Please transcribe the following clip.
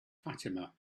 fatima